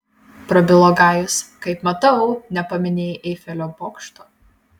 prabilo gajus kaip matau nepaminėjai eifelio bokšto